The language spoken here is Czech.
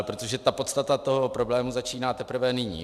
Protože podstata problému začíná teprve nyní.